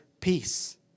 peace